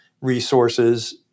resources